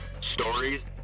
stories